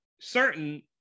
certain